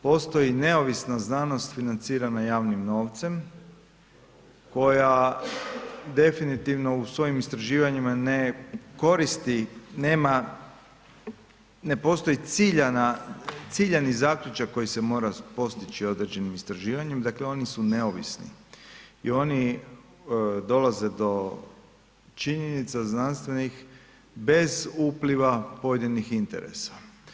Postoji neovisna znanost financirana javnim novcem koja definitivno u svojim istraživanjima ne koristi, nema, ne postoji ciljana, ciljani zaključak koji se mora postići određenim istraživanjem, dakle oni su neovisni i oni dolaze do činjenica znanstvenih bez upliva pojedinih interesa.